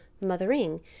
mothering